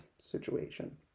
situation